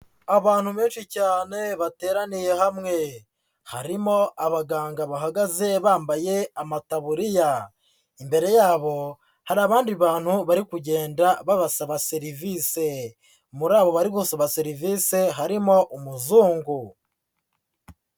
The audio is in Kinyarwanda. Abantu benshi cyane bateraniye hamwe, harimo abaganga bahagaze bambaye amataburiya, imbere yabo hari abandi bantu bari kugenda babasaba serivise, muri abo bari gusaba serivise harimo umuzungu.